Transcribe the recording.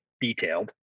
detailed